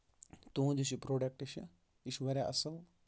تُہُند یُس یہِ پروڈکٹ چھُ یہِ چھُ واریاہ اَصٕل